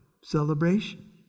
Celebration